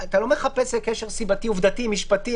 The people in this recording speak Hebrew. אתה לא מחפש קשר סיבתי עובדתי משפטי,